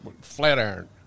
Flatiron